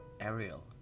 Ariel